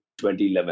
2011